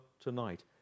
tonight